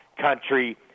country